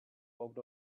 walked